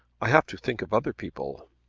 i have to think of other people.